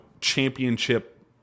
championship